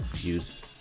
use